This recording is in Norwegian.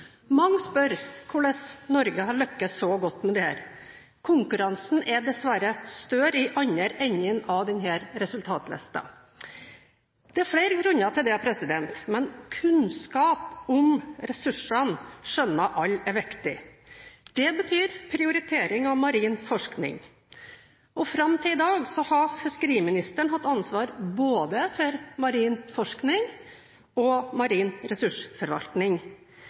Mange spør hvordan Norge har lyktes så godt med dette – konkurransen er dessverre større i den andre enden av denne resultatlisten. Det er flere grunner til dette, men kunnskap om ressursene skjønner alle er viktig. Det betyr prioritering av marin forskning. Fram til i dag har fiskeriministeren hatt ansvar for både marin forskning og marin ressursforvaltning.